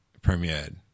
premiered